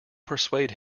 persuade